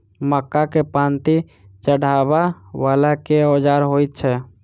मक्का केँ पांति चढ़ाबा वला केँ औजार होइ छैय?